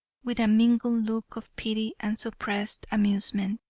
with a mingled look of pity and suppressed amusement.